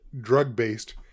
drug-based